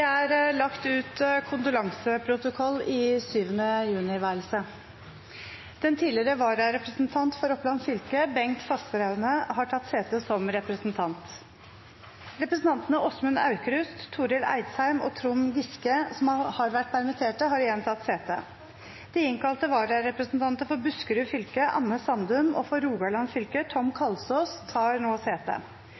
er lagt ut kondolanseprotokoll i 7. juni-værelset. Den tidligere vararepresentant for Oppland fylke, Bengt Fasteraune , har tatt sete som representant. Representantene Åsmund Aukrust , Torill Eidsheim og Trond Giske , som har vært permittert, har igjen tatt sete. De innkalte vararepresentanter, for Buskerud fylke Anne Sandum og for Rogaland fylke Tom